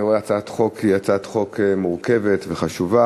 זאת הצעת חוק מורכבת וחשובה,